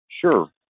Sure